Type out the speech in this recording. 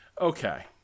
Okay